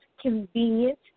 convenient